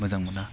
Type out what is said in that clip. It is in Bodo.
मोजां मोना